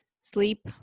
sleep